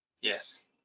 Yes